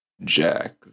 Jack